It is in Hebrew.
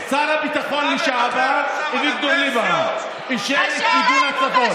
שר הביטחון לשעבר אביגדור ליברמן אישר את מיגון הצפון,